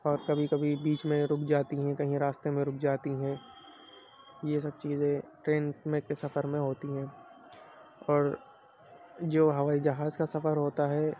اور کبھی کبھی بیچ میں رک جاتی ہیں کہیں راستے میں رک جاتی ہیں یہ سب چیزیں ٹرین میں کے سفر میں ہوتی ہیں اور جو ہوائی جہاز کا سفر ہوتا ہے